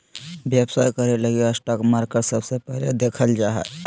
व्यवसाय करे लगी स्टाक मार्केट सबसे पहले देखल जा हय